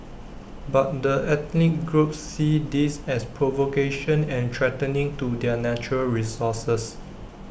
but the ethnic groups see this as provocation and threatening to their natural resources